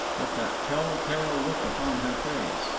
with that tell-tale look upon her face.